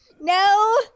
No